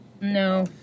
No